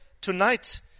Tonight